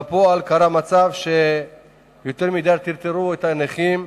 בפועל, קרה מצב שיותר מדי טרטרו את הנכים.